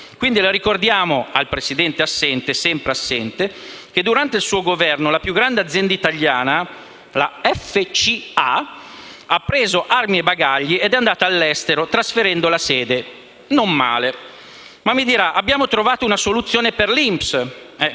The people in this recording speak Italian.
Quindi, ricordiamo al Presidente assente - sempre assente - che durante il suo Governo la più grande azienda italiana, la FCA, ha preso armi e bagagli ed è andata all'estero, trasferendo la sede: non male! Lei mi dirà, signor Presidente del Consiglio,